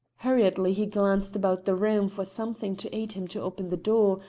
hurriedly he glanced about the room for something to aid him to open the door,